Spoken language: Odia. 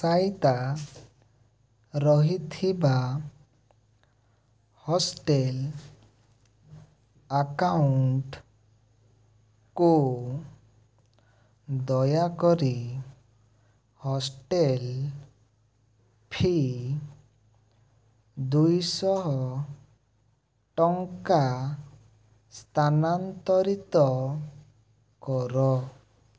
ସାଇତା ରହିଥିବା ହଷ୍ଟେଲ୍ ଆକାଉଣ୍ଟ୍କୁ ଦୟାକରି ହଷ୍ଟେଲ୍ ଫି ଦୁଇ ଶହ ଟଙ୍କା ସ୍ଥାନାନ୍ତରିତ କର